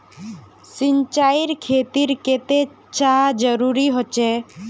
सिंचाईर खेतिर केते चाँह जरुरी होचे?